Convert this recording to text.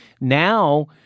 Now